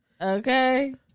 Okay